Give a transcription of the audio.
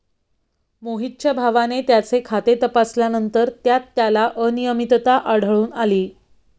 मोहितच्या भावाने त्याचे खाते तपासल्यानंतर त्यात त्याला अनियमितता आढळून आली